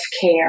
care